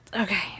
Okay